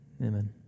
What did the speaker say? amen